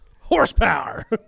Horsepower